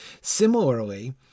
Similarly